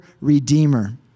redeemer